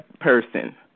person